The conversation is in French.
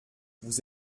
vous